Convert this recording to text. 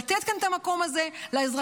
לתת כאן את המקום הזה לאזרחים,